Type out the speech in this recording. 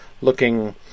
looking